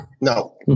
No